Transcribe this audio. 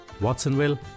Watsonville